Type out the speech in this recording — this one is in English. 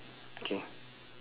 K